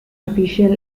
official